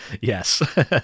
Yes